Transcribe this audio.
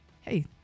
hey